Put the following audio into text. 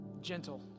Gentle